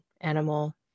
animal